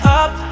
up